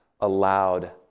allowed